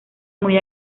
muy